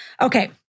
Okay